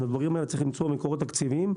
יש למצוא מקורות תקציביים,